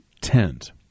tent